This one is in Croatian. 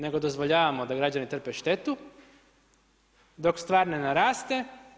Nego dozvoljavamo da građani trpe štetu, dok stvar ne naraste.